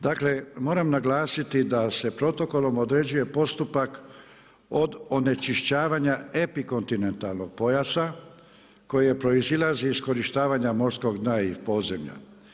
Dakle moram naglasiti da se protokolom određuje postupak od onečišćavanja epikontinentalnog pojasa koje proizilazi iz iskorištavanja morskog dna i podzemlja.